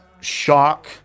shock